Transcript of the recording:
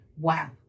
Wow